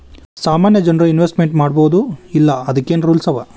ಸಾಮಾನ್ಯ ಜನ್ರು ಇನ್ವೆಸ್ಟ್ಮೆಂಟ್ ಮಾಡ್ಬೊದೋ ಇಲ್ಲಾ ಅದಕ್ಕೇನ್ ರೂಲ್ಸವ?